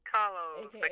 Carlos